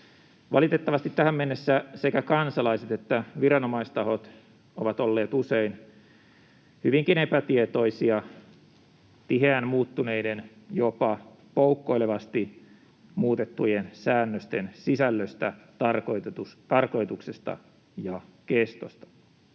Valitettavasti tähän mennessä sekä kansalaiset että viranomaistahot ovat olleet usein hyvinkin epätietoisia tiheään muuttuneiden, jopa poukkoilevasti muutettujen säännösten sisällöstä, tarkoituksesta ja kestosta.